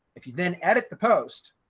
if you then edit the post,